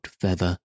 feather